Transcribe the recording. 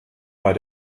bei